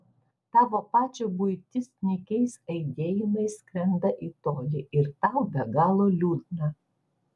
tavo pačio buitis nykiais aidėjimais skrenda į tolį ir tau be galo liūdna